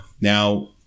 now